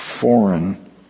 foreign